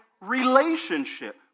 relationship